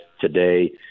today